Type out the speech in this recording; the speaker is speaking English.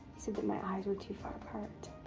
my eyes were too far apart.